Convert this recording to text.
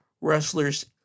wrestlers